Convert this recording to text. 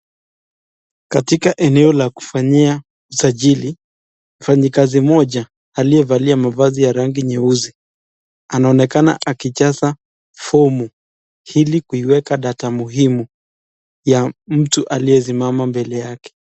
Katika eneo la kufanyia usajili, mfanyikazi moja aliyevalia mavazi ya rangi nyeusi, anaonekana akijaza (cs)form(cs) , hili kuiweka (cs) data(cs) muhimu ya mtu aliyesimama mbele yake.